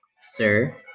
sir